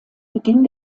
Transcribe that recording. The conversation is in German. beginn